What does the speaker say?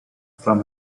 from